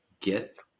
get